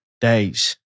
days